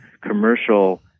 commercial